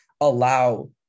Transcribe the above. allow